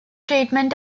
treatment